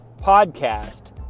Podcast